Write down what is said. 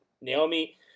Naomi